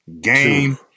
game